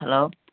hello